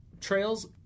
trails